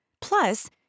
Plus